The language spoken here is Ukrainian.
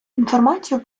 інформацію